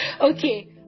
okay